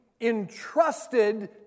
entrusted